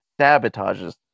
sabotages